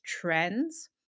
trends